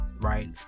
right